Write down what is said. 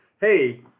Hey